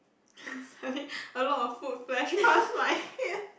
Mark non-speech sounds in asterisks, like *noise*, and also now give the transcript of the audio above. *laughs* suddenly a lot of food flash past my head